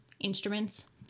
instruments